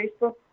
Facebook